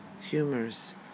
humorous